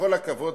בכל הכבוד,